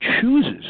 chooses